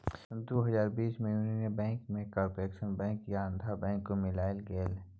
दु हजार बीस मे युनियन बैंक मे कारपोरेशन बैंक आ आंध्रा बैंक केँ मिलाएल गेलै